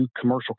commercial